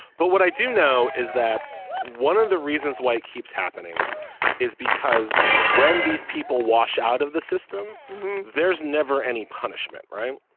but what i do know is that one of the reasons why it keeps happening is because when these people wash out of the system there's never any punishment. right.